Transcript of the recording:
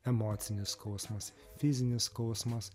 emocinis skausmas fizinis skausmas